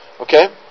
Okay